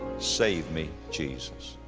save me, jesus.